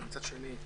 ומצד שני,